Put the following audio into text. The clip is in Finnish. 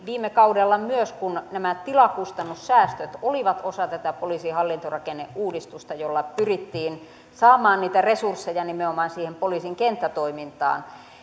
viime kaudella myös kun nämä tilakustannussäästöt olivat osa tätä poliisin hallintorakenneuudistusta jolla pyrittiin saamaan niitä resursseja nimenomaan siihen poliisin kenttätoimintaan